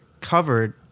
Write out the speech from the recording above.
covered